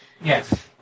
Yes